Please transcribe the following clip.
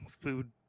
food